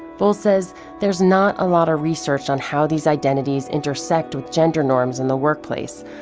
bowles says there's not a lot of research on how these identities intersect with gender norms in the workplace,